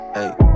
Hey